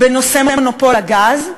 בנושא מונופול הגז.